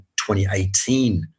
2018